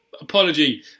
apology